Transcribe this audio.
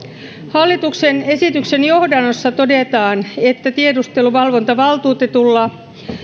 hallituksen esityksen johdannossa todetaan että tiedusteluvalvontavaltuutetulla